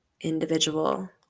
individual